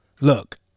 Look